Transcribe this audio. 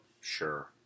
Sure